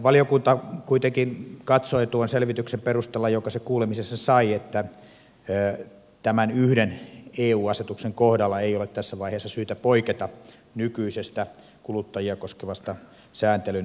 valiokunta kuitenkin katsoi tuon selvityksen perusteella jonka se kuulemisessa sai että tämän yhden eu asetuksen kohdalla ei ole tässä vaiheessa syytä poiketa nykyisestä kuluttajia koskevasta sääntelyn peruslähtökohdasta